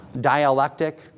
dialectic